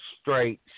straight